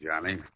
Johnny